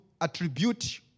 attribute